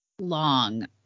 long